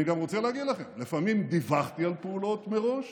אני גם רוצה להגיד לכם: לפעמים דיווחתי על פעולות מראש